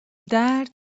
درد